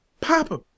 Papa